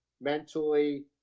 mentally